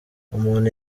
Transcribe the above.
umuntu